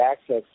access